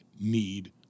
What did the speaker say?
need